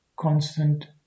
constant